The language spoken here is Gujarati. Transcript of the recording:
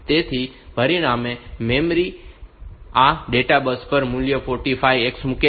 તેથી પરિણામે મેમરી આ ડેટા બસ પર મૂલ્ય 45 હેક્સ મૂકે છે